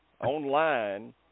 online